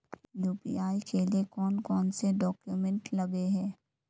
UPI के लिए कौन कौन से डॉक्यूमेंट लगे है?